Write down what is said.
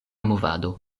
movado